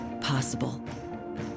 possible